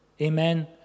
Amen